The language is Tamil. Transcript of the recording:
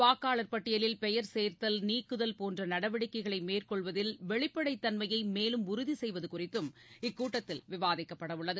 வாக்காளர் பட்டியலில் பெயர் சேர்தல் நீக்குதல் போன்றநடவடிக்கைகளைமேற்கொள்வதில் வெளிப்படைதன்மையைமேலும் உறுதிசெய்வதுகுறித்தும் இக்கூட்டத்தில் விவாதிக்கப்படஉள்ளது